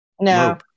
No